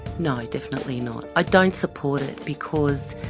no, definitely not. i don't support it because